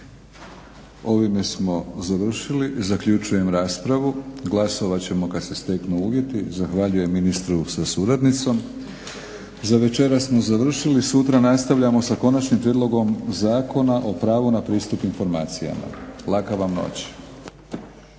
Ovime smo završili. Zaključujem raspravu. Glasovat ćemo kada se steknu uvjeti. Zahvaljujem ministru sa suradnicom. Za večeras smo završili. Sutra nastavljamo sa Konačnim prijedlogom Zakona o pravu na pristup informacijama. Laka vam noć.